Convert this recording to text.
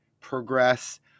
Progress